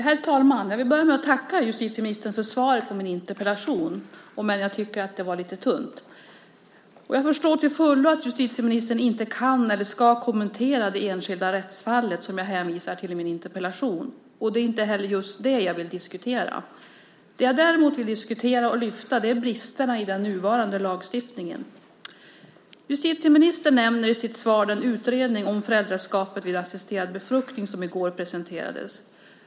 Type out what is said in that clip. Herr talman! Jag vill börja med att tacka justitieministern för svaret på min interpellation, om än jag tycker att det var lite tunt. Jag förstår till fullo att justitieministern inte kan eller ska kommentera det enskilda rättsfall som jag hänvisar till i min interpellation. Det är inte heller just det jag vill diskutera. Det jag däremot vill diskutera och lyfta fram är bristerna i den nuvarande lagstiftningen. Justitieministern nämner i sitt svar den utredning om föräldraskap vid assisterad befruktning som presenterades i går.